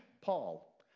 Paul